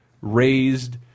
raised